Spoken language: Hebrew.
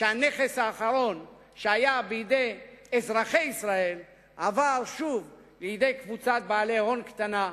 שהנכס האחרון שהיה בידי אזרחי ישראל עבר שוב לידי קבוצת בעלי הון קטנה,